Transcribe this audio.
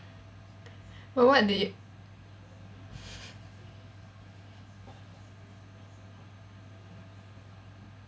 what did you